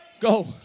Go